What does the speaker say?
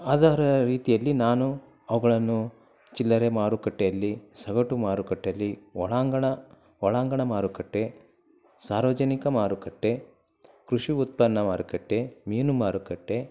ಅದರ ರೀತಿಯಲ್ಲಿ ನಾನು ಅವುಗಳನ್ನು ಚಿಲ್ಲರೆ ಮಾರುಕಟ್ಟೆಯಲ್ಲಿ ಸಗಟು ಮಾರುಕಟ್ಟೇಲಿ ಒಳಾಂಗಣ ಒಳಾಂಗಣ ಮಾರುಕಟ್ಟೆ ಸಾರ್ವಜನಿಕ ಮಾರುಕಟ್ಟೆ ಕೃಷಿ ಉತ್ಪನ್ನ ಮಾರುಕಟ್ಟೆ ಮೀನು ಮಾರುಕಟ್ಟೆ